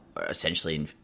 Essentially